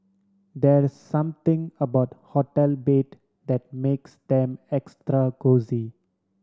there's something about hotel bed that makes them extra cosy